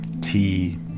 tea